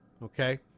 Okay